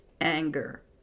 anger